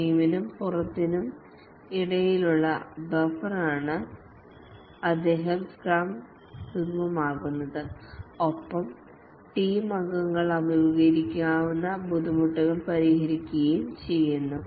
ടീമിനും പുറത്തിനും ഇടയിലുള്ള ബഫറാണ് അദ്ദേഹം സ്ക്രം സുഗമമാക്കുന്നത് ഒപ്പം ടീം അംഗങ്ങൾ അഭിമുഖീകരിക്കുന്നേക്കാവുന്ന ബുദ്ധിമുട്ടുകൾ പരിഹരിക്കുകയും ചെയ്യുന്നു